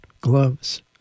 gloves